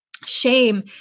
shame